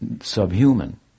subhuman